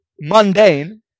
mundane